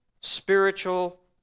spiritual